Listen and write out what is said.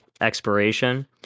expiration